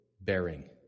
bearing